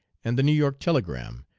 and the new york telegram,